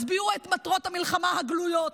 הסבירו את מטרות המלחמה הגלויות,